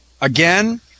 Again